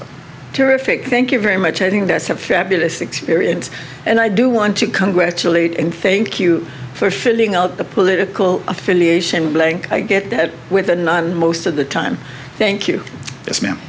up here if it thank you very much i think that's had fabulous experience and i do want to congratulate and thank you for filling out the political affiliation blank i get that with the most of the time thank you yes ma'am